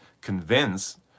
convince